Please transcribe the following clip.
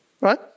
right